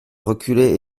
reculer